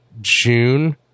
June